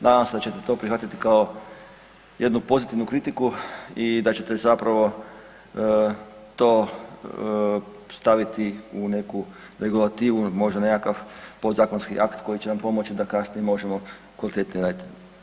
Nadam se da ćete to prihvatiti kao jednu pozitivnu kritiku i da ćete zapravo to staviti u neku regulativu, možda neki podzakonski akt koji će nam pomoći da kasnije možemo kvalitetnije raditi.